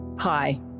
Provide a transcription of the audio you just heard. Hi